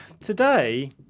today